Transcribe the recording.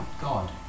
God